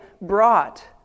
brought